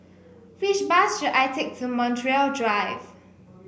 which bus should I take to Montreal Drive